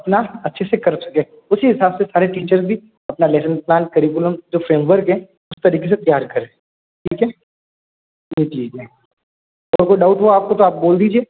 अपना अच्छे से कर सके उसी हिसाब से सारे टीचर भी अपना लेवल प्लान करिकुलम फ्रेमवर्क हैं उस तरीके से तैयार करें ठीक है और कुछ हुआ आपको तो बोल दीजिए